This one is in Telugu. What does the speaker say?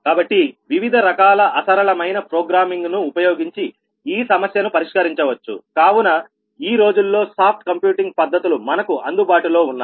కాబట్టి వివిధ రకాల అసరళమైన ప్రోగ్రామింగ్ ను ఉపయోగించి ఈ సమస్యను పరిష్కరించవచ్చుకావున ఈ రోజుల్లో సాఫ్ట్ కంప్యూటింగ్ పద్ధతులు మనకు అందుబాటులో ఉన్నాయి